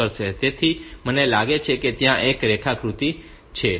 તેથી મને લાગે છે ત્યાં એક રેખાકૃતિ છે